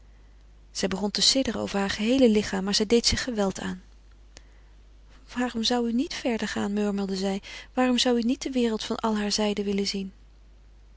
zij begon te sidderen over haar geheele lichaam maar zij deed zich geweld aan waarom zou u niet verder gaan murmelde zij waarom zou u niet de wereld van al haar zijden willen zien